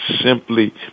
simply